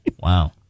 Wow